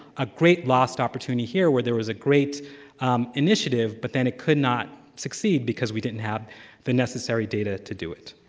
a great lost opportunity here where there was a great initiative, but then it could not succeed, because we didn't have the necessary data to do it.